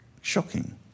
shocking